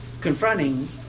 confronting